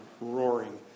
roaring